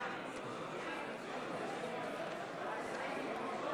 בעד הבקשה להחזיר את הסעיף, 61 קולות,